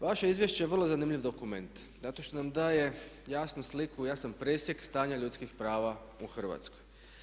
Vaše izvješće je vrlo zanimljiv dokument zato što nam daje jasnu sliku, jasan presjek stanja ljudskih prava u Hrvatskoj.